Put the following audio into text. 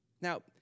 Now